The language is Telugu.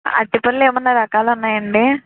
అరటి పళ్ళు ఏమైనా రకాలు ఉన్నాయాండి